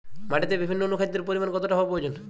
মাটিতে বিভিন্ন অনুখাদ্যের পরিমাণ কতটা হওয়া প্রয়োজন?